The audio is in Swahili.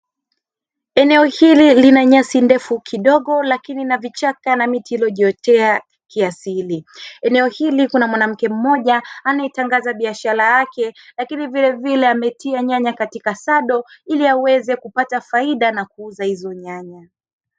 Eneo hili lina nyasi ndefu kidogo lakini na vichaka na miti iliyojiotea kiasili. Eneo hili kuna mwanamke mmoja anayetangaza biashara yake, lakini vilevile ametia nyanya katika sado ili aweze kupata faida na kuuza hizo nyanya.